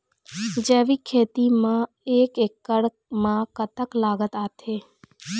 जैविक खेती म एक एकड़ म कतक लागत आथे?